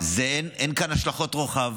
אין כאן השלכות רוחב,